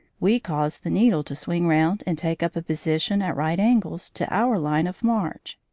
we cause the needle to swing round and take up a position at right angles to our line of march.